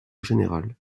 général